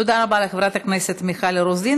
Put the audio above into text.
תודה רבה לחברת הכנסת מיכל רוזין.